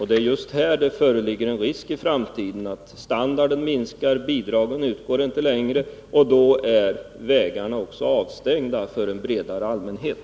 Det är just här det föreligger en risk i framtiden att standarden minskar — bidragen utgår inte längre, och då är vägarna också avstängda för en bredare allmänhet.